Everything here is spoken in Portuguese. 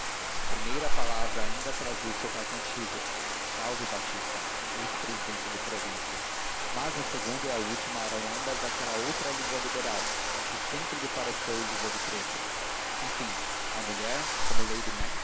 a primeira palavra ainda trazia o sotaque antigo salve batista ex presidente de província mas a segunda e a última eram ambas daquela outra língua liberal que sempre lhe pareceu língua de preto enfim a mulher como lady